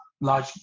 large